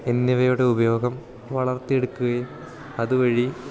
എന്നിവയുടെ ഉപയോഗം വളർത്തി എടുക്കുകയും അതുവഴി